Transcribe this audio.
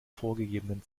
vorgegebenen